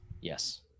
Yes